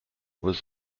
was